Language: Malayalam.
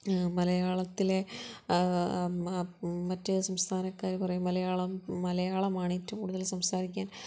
മലയാളത്തിലെ മറ്റ് സംസ്ഥാനക്കാർ പറയും മലയാളം മലയാളമാണ് ഏറ്റവും കൂടുതൽ സംസാരിക്കാൻ